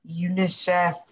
UNICEF